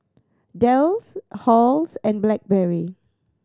Dell Halls and Blackberry